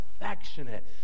affectionate